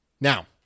Now